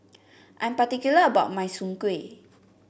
I'm particular about my Soon Kway